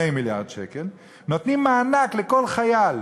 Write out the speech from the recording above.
2 מיליארד שקל, ונותנים מענק לכל חייל,